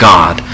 God